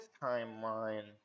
timeline